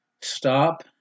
stop